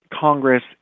Congress